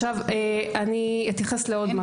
עכשיו, אני אתייחס לעוד משהו.